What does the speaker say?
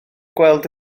gweld